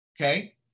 okay